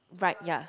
like ya